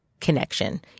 connection